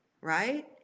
right